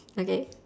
okay